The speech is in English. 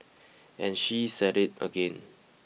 and she is at it again